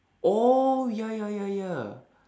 oh ya ya ya ya